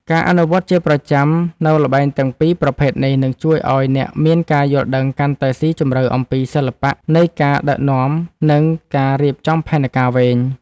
ការអនុវត្តជាប្រចាំនូវល្បែងទាំងពីរប្រភេទនេះនឹងជួយឱ្យអ្នកមានការយល់ដឹងកាន់តែស៊ីជម្រៅអំពីសិល្បៈនៃការដឹកនាំនិងការរៀបចំផែនការវែង។